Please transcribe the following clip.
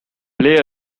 play